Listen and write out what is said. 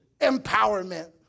Empowerment